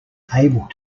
able